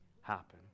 happen